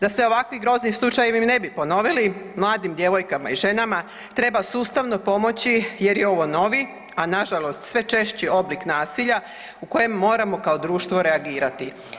Da se ovakvi grozni slučajevi ne bi ponovili mladim djevojkama i ženama treba sustavno pomoći jer je ovo novi, a nažalost sve češći oblik nasilja u kojem moramo kao društvo reagirati.